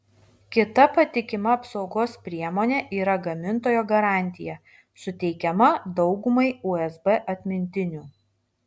kita patikima apsaugos priemonė yra gamintojo garantija suteikiama daugumai usb atmintinių